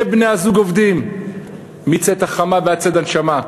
בני-הזוג עובדים מצאת החמה ועד צאת הנשמה.